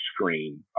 screen